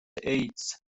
ایدز